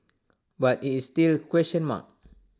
but IT is still question mark